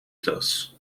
doos